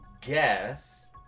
guess